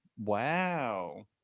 Wow